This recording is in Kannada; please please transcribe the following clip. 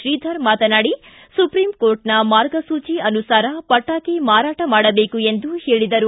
ಶ್ರೀಧರ ಮಾತನಾಡಿ ಸುಪ್ರೀಂಕೋರ್ಟ್ನ ಮಾರ್ಗಸೂಚಿ ಅನುಸಾರ ಪಟಾಕಿ ಮಾರಾಟ ಮಾಡಬೇಕು ಎಂದು ಹೇಳಿದರು